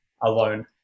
alone